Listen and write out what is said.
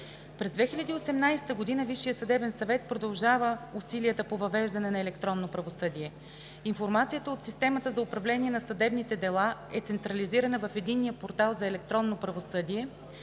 съдебен съвет продължава усилията по въвеждане на електронно правосъдие. Информацията от системата за управление на съдебните дела е централизирана в Единния портал за електронно правосъдие,